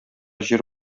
җир